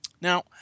Now